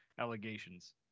allegations